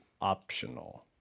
optional